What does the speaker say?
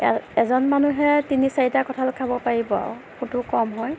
এজন মানুহে তিনি চাৰিটা কঁঠাল খাব পাৰিব আৰু ফুটো কম হয়